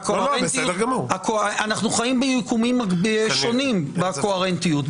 אנחנו חיים ביקומים שונים בקוהרנטיות,